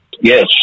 Yes